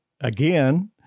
again